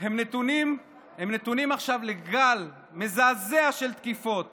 הם נתונים עכשיו לגל מזעזע של תקיפות